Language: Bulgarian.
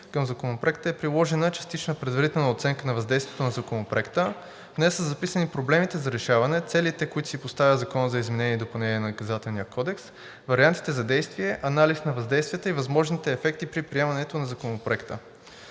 Към Законопроекта е приложена частична предварителна оценка на въздействието на Законопроекта. В нея са записани проблемите за решаване, целите, които си поставя Законът за изменение и допълнение на Наказателния кодекс, вариантите на действие, анализ на въздействията и възможните ефекти при приемането на Законопроекта.